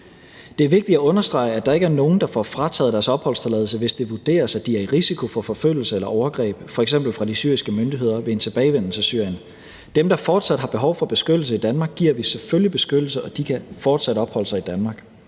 Det er vigtigt at understrege, at der ikke er nogen, der får frataget deres opholdstilladelse, hvis det vurderes, at de er i risiko for forfølgelse eller overgreb, f.eks. fra de syriske myndigheder, ved en tilbagevenden til Syrien. Dem, der fortsat har behov for beskyttelse i Danmark, giver vi selvfølgelig beskyttelse, og de kan fortsat opholde sig i Danmark.